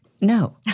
No